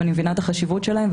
אני מבינה את החשיבות שלהן,